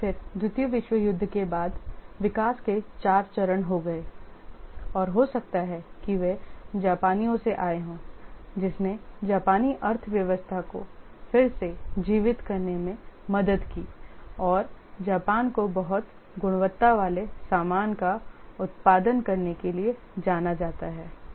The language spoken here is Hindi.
लेकिन फिर द्वितीय विश्व युद्ध के बाद विकास के चार चरण हो गए हैं और हो सकता है कि वे जापानियों से आए हों जिसने जापानी अर्थव्यवस्था को फिर से जीवित करने में मदद की और जापान को बहुत गुणवत्ता वाले सामान का उत्पादन करने के लिए जाना जाता है